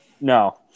No